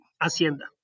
hacienda